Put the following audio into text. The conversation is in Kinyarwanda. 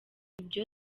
ibyo